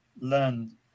learn